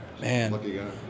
Man